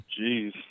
Jeez